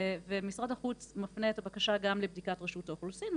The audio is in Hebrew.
ומשרד החוץ מפנה את הבקשה גם לבדיקת רשות האוכלוסין,